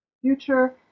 future